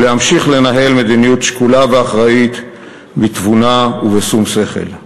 ולהמשיך לנהל מדיניות שקולה ואחראית בתבונה ובשום שכל.